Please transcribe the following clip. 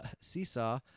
Seesaw